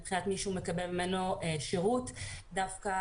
מבחינת מי שהוא מקבל ממנו שירות דווקא